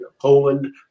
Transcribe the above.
Poland